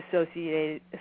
associated